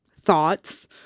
thoughts